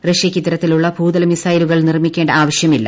റഷ്യക്ക് ഇത്തരത്തിലുള്ള ഭൂതല മിസൈലുകൾ നിർമിക്കേണ്ട ആവശ്യമില്ല